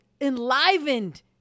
enlivened